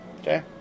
okay